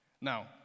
Now